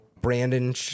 Brandon